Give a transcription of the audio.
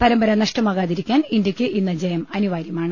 പരമ്പര നഷ്ടമാകാതിരിക്കാൻ ഇന്ത്യയ്ക്ക് ഇന്ന് ജയം അനിവാര്യമാണ്